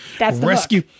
rescue